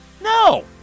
No